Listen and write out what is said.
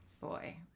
Boy